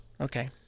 Okay